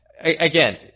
again